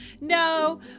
no